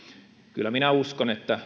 kyllä minä uskon että